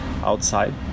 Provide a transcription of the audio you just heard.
outside